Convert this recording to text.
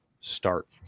start